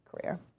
career